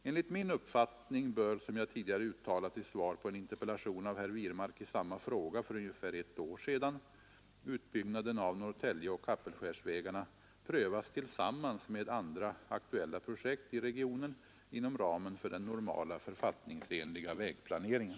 Enligt min uppfattning bör — som jag tidigare uttalat i svar på en interpellation av herr Wirmark i samma fråga för ungefär ett år sedan utbyggnaden av Norrtäljeoch Kapellskärsvägarna prövas tillsammans med andra aktuella projekt i regionen inom ramen för den normala författningsenliga vägplaneringen.